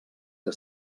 que